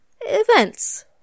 events